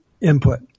input